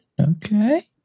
okay